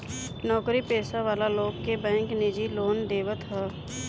नोकरी पेशा वाला लोग के बैंक निजी लोन देवत हअ